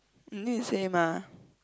you need to say mah